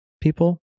people